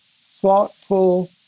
thoughtful